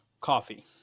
coffee